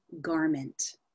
garment